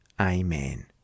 Amen